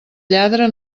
lladra